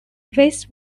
this